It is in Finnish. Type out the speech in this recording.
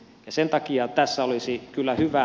sen takia tässä olisi kyllä hyvä